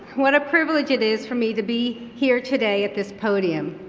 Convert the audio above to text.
what a privilege it is for me to be here today at this podium.